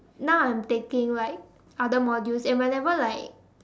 now I'm taking like other modules and whenever like